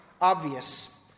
obvious